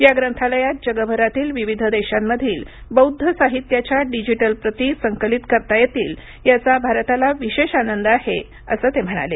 या ग्रंथालयात जगभरातील विविध देशांमधील बौद्ध साहित्याच्या डिजिटल प्रती संकलित करता येतील याचा भारताला विशेष आनंद आहे असं ते म्हणाले